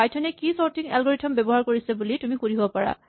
Python এ কি sorting algorithm ব্যৱহাৰ কৰিছে বুলি তুমি সুধিব পাৰা